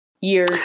year